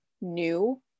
new